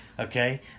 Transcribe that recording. Okay